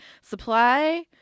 supply